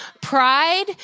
pride